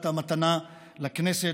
אתה מתנה לכנסת,